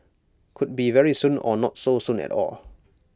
could be very soon or not so soon at all